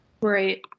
right